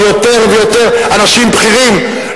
שיותר ויותר אנשים בכירים,